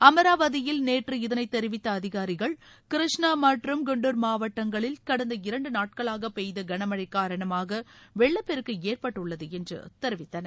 அமராவதியில் நேற்று இதனைத் தெரிவித்த அதிகாரிகள் கிருஷ்ணா மற்றும் குண்டூர் மாவட்டங்களில் கடந்த இரண்டு நாட்களாக பெய்த கனமழை காரணமாக வெள்ளப்பெருக்கு ஏற்பட்டுள்ளது என்று தெரிவித்தனர்